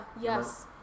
yes